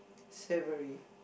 savoury